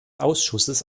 ausschusses